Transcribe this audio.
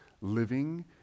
Living